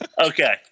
Okay